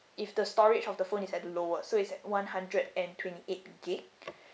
if the storage of the phone is at lower so is at one hundred and twenty eight gigabyte